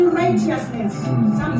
righteousness